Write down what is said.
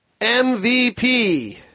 MVP